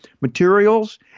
materials